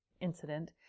incident